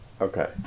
Okay